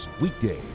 weekdays